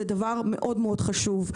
זה דבר מאוד חשוב.